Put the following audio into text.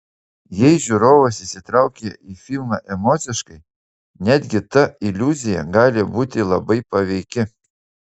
jei žiūrovas įsitraukia į filmą emociškai netgi ta iliuzija gali būti labai paveiki